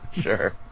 Sure